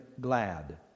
glad